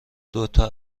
دوتا